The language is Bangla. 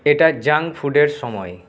এটা জাঙ্ক ফুডের সময়